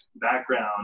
background